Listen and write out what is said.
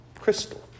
crystal